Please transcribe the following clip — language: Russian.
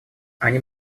они